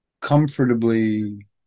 comfortably